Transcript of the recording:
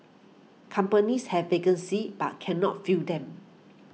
companies have vacancies but cannot fill them